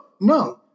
No